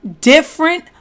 different